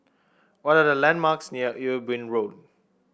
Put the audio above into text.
what are the landmarks near Ewe Boon Road